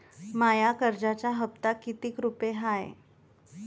माया कर्जाचा हप्ता कितीक रुपये हाय?